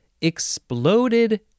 exploded